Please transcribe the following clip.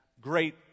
great